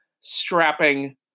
strapping